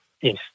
yes